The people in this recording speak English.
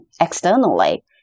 externally